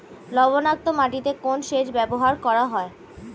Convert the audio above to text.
লবণাক্ত মাটিতে কোন সেচ ব্যবহার করা হয়?